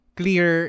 clear